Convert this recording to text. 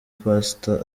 pastor